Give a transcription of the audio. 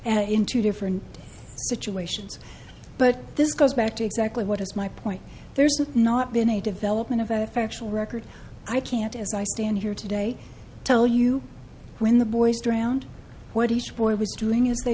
and into different situations but this goes back to exactly what is my point there's not been a development of a factual record i can't as i stand here today tell you when the boys drowned what each boy was doing as they